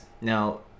Now